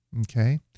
okay